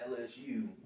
LSU